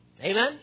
Amen